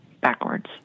backwards